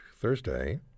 Thursday